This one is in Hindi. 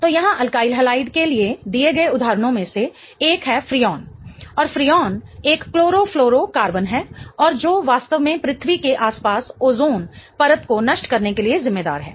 तो यहां एल्काइल हैलाइड के लिए दिए गए उदाहरणों में से एक है फ्रीऑन और फ्रीऑन एक क्लोरोफ्लोरोकार्बन है और जो वास्तव में पृथ्वी के आसपास ओजोन परत को नष्ट करने के लिए जिम्मेदार है